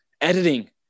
Editing